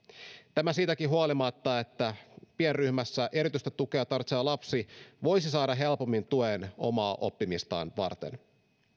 tämä siitäkin huolimatta että pienryhmässä erityistä tukea tarvitseva lapsi voisi saada helpommin tuen omaa oppimistaan varten